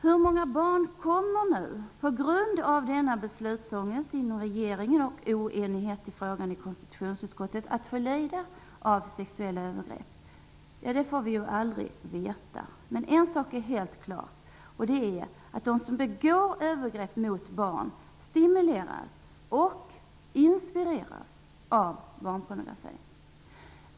Hur många barn kommer, på grund av denna beslutsångest inom regeringen och oenigheten i frågan i konstitutionsutskottet, att få lida av sexuella övergrepp? Det får vi aldrig veta. En sak är dock helt klar, nämligen de som begår övergrepp mot barn stimuleras och inspireras av barnpornografi.